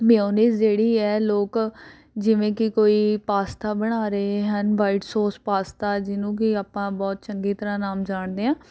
mayonnaise ਜਿਹੜੀ ਹੈ ਲੋਕ ਜਿਵੇਂ ਕਿ ਕੋਈ ਪਾਸਤਾ ਬਣਾ ਰਹੇ ਹਨ ਵਾਈਟ ਸੋਸ ਪਾਸਤਾ ਜਿਹਨੂੰ ਕਿ ਆਪਾਂ ਬਹੁਤ ਚੰਗੀ ਤਰ੍ਹਾਂ ਨਾਮ ਜਾਣਦੇ ਹਾਂ